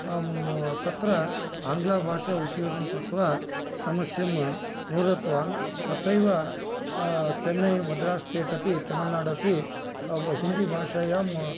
तत्र आङ्ग्लभाषा उपयोगं कृत्वा समस्यां निवृत्ववान् तथैव चेन्नै मद्रास् स्टेट् अपि तमिलनाडु अपि हिन्दी भाषायां